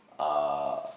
uh